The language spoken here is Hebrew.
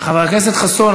חבר הכנסת חסון,